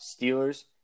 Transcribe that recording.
Steelers